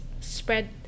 spread